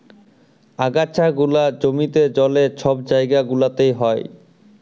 আগাছা গুলা জমিতে, জলে, ছব জাইগা গুলাতে হ্যয়